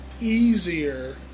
easier